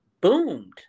boomed